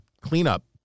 cleanup